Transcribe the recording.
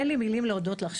אין לי מילים להודות לך,